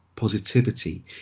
positivity